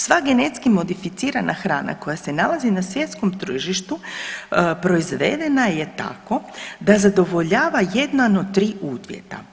Sva genetski modificirana hrana koja se nalazi na svjetskom tržištu proizvedena je tako da zadovoljava jedan od tri uvjeta.